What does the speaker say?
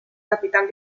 capitán